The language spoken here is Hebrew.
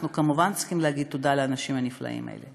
אנחנו כמובן צריכים לומר תודה לאנשים הנפלאים האלה.